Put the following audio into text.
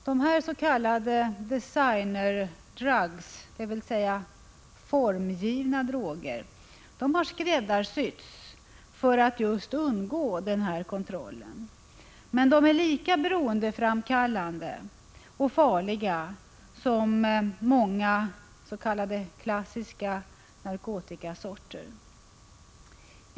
Dessa s.k. designer drugs, dvs. formgivna droger, har skräddarsytts för att just undgå denna kontroll. De är dock lika beroendeframkallande och farliga som många klassiska narkotikasorter.